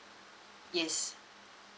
yes